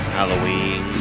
Halloween